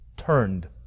Turned